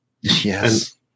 Yes